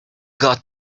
got